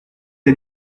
t’a